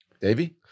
davy